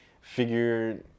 figure